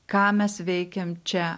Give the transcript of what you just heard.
ką mes veikiame čia